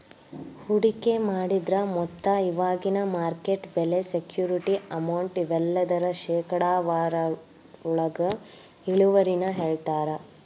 ಹೂಡಿಕೆ ಮಾಡಿದ್ರ ಮೊತ್ತ ಇವಾಗಿನ ಮಾರ್ಕೆಟ್ ಬೆಲೆ ಸೆಕ್ಯೂರಿಟಿ ಅಮೌಂಟ್ ಇವೆಲ್ಲದರ ಶೇಕಡಾವಾರೊಳಗ ಇಳುವರಿನ ಹೇಳ್ತಾರಾ